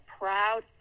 proud